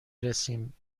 رسیم